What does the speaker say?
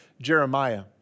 Jeremiah